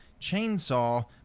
chainsaw